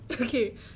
Okay